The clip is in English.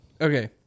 Okay